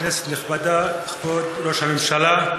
היושב-ראש, כנסת נכבדה, כבוד ראש הממשלה,